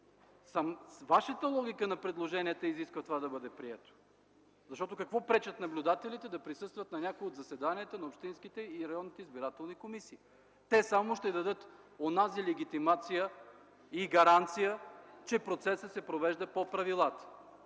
Вашата логика на предложенията изисква това да бъде прието, защото какво пречат наблюдателите да присъстват на някое от заседанията на общинските и районните избирателни комисии? Те само ще дадат онази легитимация и гаранция, че процесът се провежда по правилата.